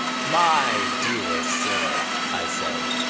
my dear sir, i said,